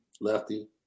lefty